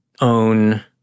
own